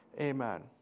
amen